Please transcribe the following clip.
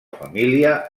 família